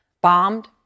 bombed